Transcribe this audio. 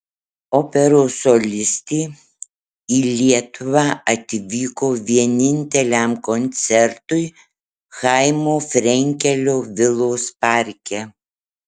operos solistė į lietuvą atvyko vieninteliam koncertui chaimo frenkelio vilos parke